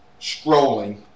scrolling